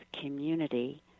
community